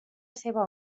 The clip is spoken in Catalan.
seva